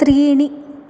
त्रीणि